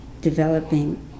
developing